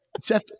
Seth